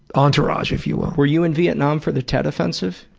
entourage, if you will. were you in vietnam for the tet offensive?